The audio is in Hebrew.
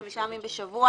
חמישה ימים בשבוע,